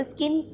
Skin